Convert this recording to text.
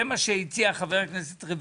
זה מה שהציע חבר הכנסת רביבו,